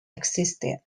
existed